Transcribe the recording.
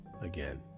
again